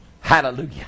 Hallelujah